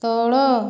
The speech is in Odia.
ତଳ